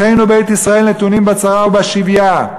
אחינו בית ישראל נתונים בצרה ובשביה.